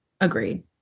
agreed